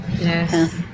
Yes